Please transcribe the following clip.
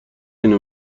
اینو